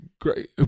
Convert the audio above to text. Great